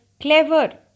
clever